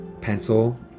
pencil